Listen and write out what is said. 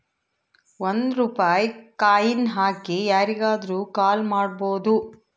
ಒಂದ್ ರೂಪಾಯಿ ಕಾಯಿನ್ ಹಾಕಿ ಯಾರಿಗಾದ್ರೂ ಕಾಲ್ ಮಾಡ್ಬೋದು